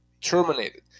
terminated